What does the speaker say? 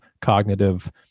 cognitive